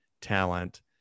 talent